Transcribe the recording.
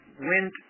went